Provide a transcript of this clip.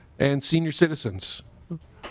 and senior citizens